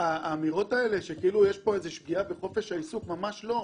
האמירות האלה שכאילו יש פגיעה בחופש העיסוק זה ממש לא.